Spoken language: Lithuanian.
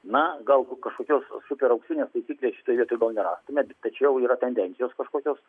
na galbūt kažkokios super auksinės taisyklės šitoj vietoj gal ir nėra tačiau yra tendencijos kažkokios